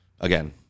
again